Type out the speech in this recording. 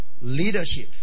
Leadership